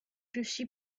riuscì